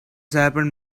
happened